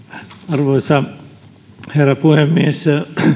arvoisa herra puhemies